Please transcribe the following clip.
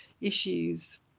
issues